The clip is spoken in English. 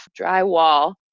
drywall